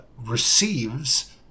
receives